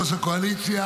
הקואליציה,